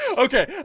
okay,